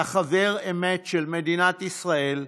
אתה חבר אמת של מדינת ישראל.